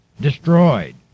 destroyed